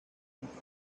den